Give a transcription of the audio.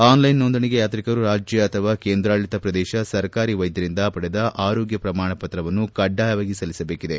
online ನೋಂದಣಿಗೆ ಯಾತ್ರಿಕರು ರಾಜ್ಯ ಅಥವಾ ಕೇಂದ್ರಾಡಳಿ ಪ್ರದೇಶ ಸರ್ಕಾರಿ ವೈದ್ಯರಿಂದ ಪಡೆದ ಆರೋಗ್ಯ ಪ್ರಮಾಣಪತ್ರವನ್ನು ಕಡ್ಡಾಯವಾಗಿ ಸಲ್ಲಿಸಬೇಕಿದೆ